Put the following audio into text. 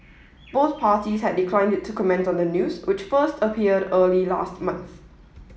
both parties had declined to comment on the news which first appeared early last month